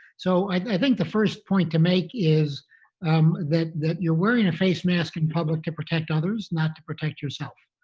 so i think the first point to make is um that that you're wearing a face mask in public to protect others, not to protect yourself.